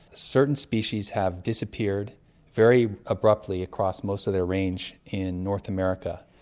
certain species have disappeared very abruptly across most of their range in north america.